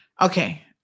Okay